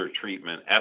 treatment